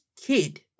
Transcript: kid